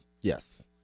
Yes